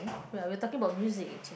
we're we talking about music